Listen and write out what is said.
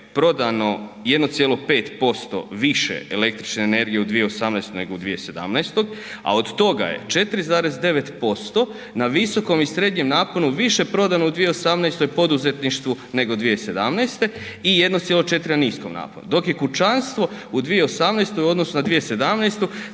prodano 1,5% više električne energije u 2018. nego u 2017., a od toga je 4,9% na visokom i srednjem naponu više prodano u 2018. poduzetništvu nego 2017. i 1,4 na niskom naponu, dok je kućanstvo u 2018. u odnosu na 2017.